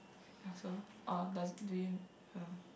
ya so orh does do you uh